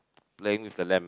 playing with the lamb